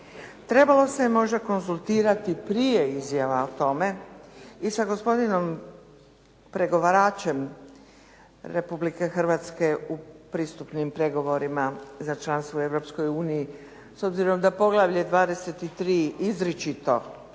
Trebalo se možda konzultirati prije izjava o tome i sa gospodinom pregovaračem Republike Hrvatske u pristupnim pregovorima za članstvo u Europskoj uniji, s obzirom da poglavlje 23. izričito